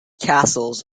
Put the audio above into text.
castles